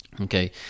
Okay